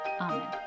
Amen